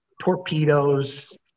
torpedoes